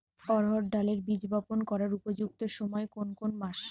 অড়হড় ডালের বীজ বপন করার উপযুক্ত সময় কোন কোন মাস?